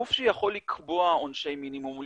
גוף שיכול לקבוע עונשי מינימום או